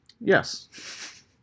Yes